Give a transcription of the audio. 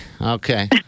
Okay